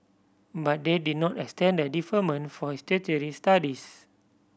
but they did not extend the deferment for his tertiary studies